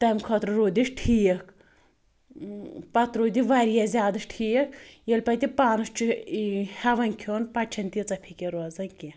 تَمہِ خٲطرٕ روٗد یہِ ٹھیٖک پَتہٕ روٗد یہِ واریاہ زیادٕ ٹھیٖک ییٚلہِ پَتہٕ یہِ پانَس چھُ ہیٚوان کھیٚون پَتہٕ چھَنہٕ تیٖژاہ فِکر روزان کیٚنٛہہ